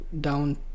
down